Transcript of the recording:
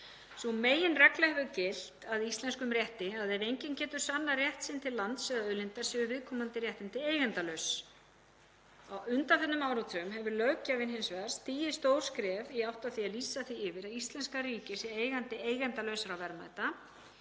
Sú meginregla hefur gilt að íslenskum rétti að ef enginn getur sannað rétt sinn til lands eða auðlindar séu viðkomandi réttindi eigendalaus. Á undanförnum áratugum hefur löggjafinn hins vegar stigið stór skref í átt að því að lýsa því yfir að íslenska ríkið sé eigandi eigendalausra verðmæta,